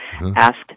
asked